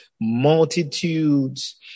multitudes